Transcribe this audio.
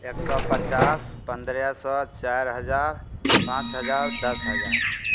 एक सए पचास पन्द्रह सए चारि हजार पाँच हजार दस हजार